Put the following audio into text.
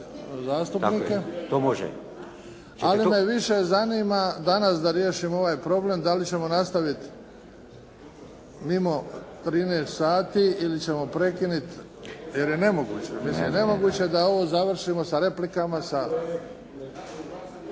to može./ … Ali me više zanima danas da riješimo ovaj problem da li ćemo nastavit mimo 13 sati ili ćemo prekinuti, jer je nemoguće. Mislim nemoguće je da ovo završimo sa replikama,